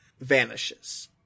vanishes